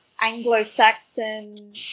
Anglo-Saxon